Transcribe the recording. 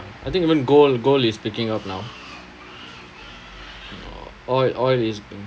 I think even gold gold is picking up now uh oil oil is